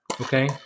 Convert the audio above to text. Okay